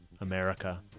America